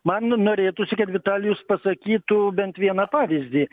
man norėtųsi kad vitalijus pasakytų bent vieną pavyzdį